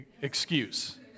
excuse